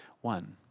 one